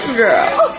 girl